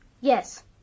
Yes